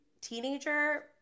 teenager